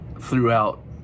throughout